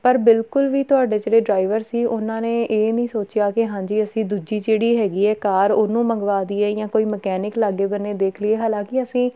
ਪਰ ਬਿਲਕੁਲ ਵੀ ਤੁਹਾਡੇ ਜਿਹੜੇ ਡਰਾਈਵਰ ਸੀ ਉਹਨਾਂ ਨੇ ਇਹ ਨਹੀਂ ਸੋਚਿਆ ਕਿ ਹਾਂਜੀ ਅਸੀਂ ਦੂਜੀ ਜਿਹੜੀ ਹੈਗੀ ਹੈ ਕਾਰ ਉਹਨੂੰ ਮੰਗਵਾ ਦੇਈਏ ਜਾਂ ਕੋਈ ਮਕੈਨਿਕ ਲਾਗੇ ਬੰਨੇ ਦੇਖ ਲਈਏ ਹਾਲਾਂਕਿ ਅਸੀਂ